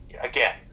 again